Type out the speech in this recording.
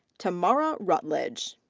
tamara rutledge.